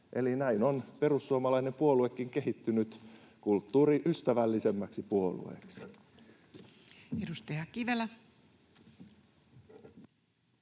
Eli näin on perussuomalainen puoluekin kehittynyt kulttuuriystävällisemmäksi puolueeksi. [Speech